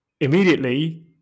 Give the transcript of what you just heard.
immediately